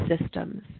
systems